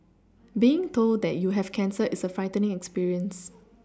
being told that you have cancer is a frightening experience